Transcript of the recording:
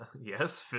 Yes